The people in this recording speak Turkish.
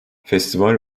festival